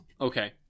Okay